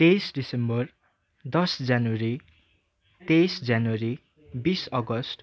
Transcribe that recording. तेइस डिसम्बर दस जनवरी तेइस जनवरी बिस अगस्ट